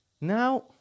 Now